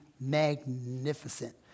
magnificent